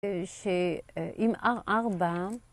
שאם R4